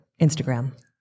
Instagram